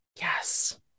Yes